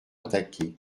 attaquée